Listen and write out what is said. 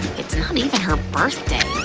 it's not even her birthday.